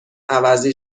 عوضی